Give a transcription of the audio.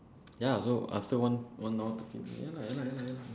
ya lah so ah still one one hour thirty minute lah ya lah ya lah ya lah